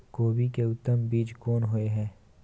कोबी के उत्तम बीज कोन होय है?